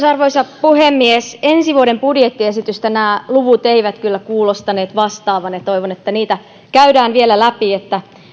arvoisa puhemies ensi vuoden budjettiesitystä nämä luvut eivät kyllä kuulostaneet vastaavan ja toivon että niitä käydään vielä läpi